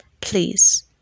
please